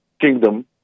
kingdom